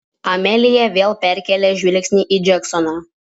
amelija vėl perkėlė žvilgsnį į džeksoną